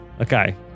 okay